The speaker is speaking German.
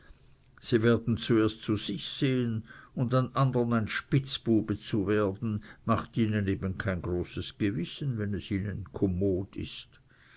sie werden zuerst zu sich sehen und an andern spitzbuben zu werden macht ihnen eben kein großes gewissen wenn es ihnen komod ist